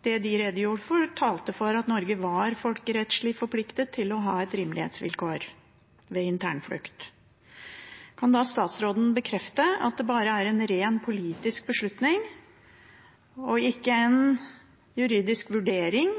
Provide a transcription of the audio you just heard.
det de redegjorde for, talte for at Norge var folkerettslig forpliktet til å ha et rimelighetsvilkår ved internflukt. Kan statsråden bekrefte at det bare er en ren politisk beslutning og ikke en juridisk vurdering